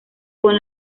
con